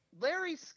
Larry